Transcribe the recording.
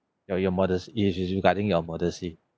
you your modest is with regarding your modesty